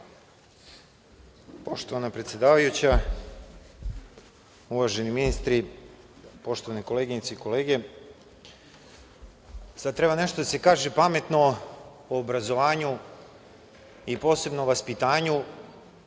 Poštovana predsedavajuća, uvaženi ministri, poštovane koleginice i kolege, sad treba nešto da se kaže pametno o obrazovanju i posebno vaspitanju